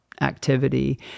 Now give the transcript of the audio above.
activity